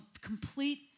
complete